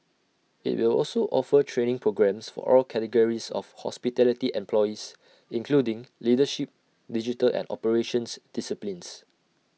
IT will also offer training programmes for all categories of hospitality employees including leadership digital and operations disciplines